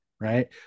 right